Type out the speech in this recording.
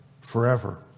forever